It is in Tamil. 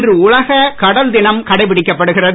இன்று உலக கடல் தினம் கடைபிடிக்கப்படுகிறது